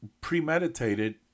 premeditated